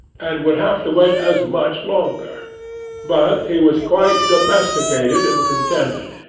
and would have to wait as much longer but he was quite domesticated and contented,